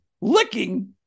licking